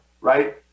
right